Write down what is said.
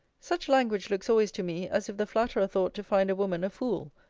such language looks always to me, as if the flatterer thought to find a woman a fool,